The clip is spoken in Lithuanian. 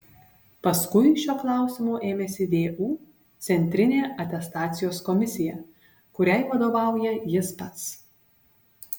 paskui šio klausimo ėmėsi vu centrinė atestacijos komisija kuriai vadovauja jis pats